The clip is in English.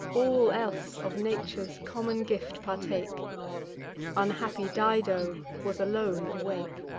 all else of nature's common gift partake unhappy dido was alone awake.